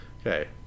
Okay